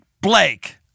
Blake